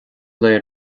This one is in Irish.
léir